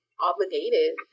obligated